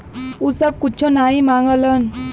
उ सब कुच्छो नाही माँगलन